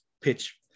pitch